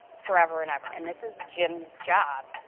forever and ever. and this is jim's job.